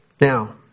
Now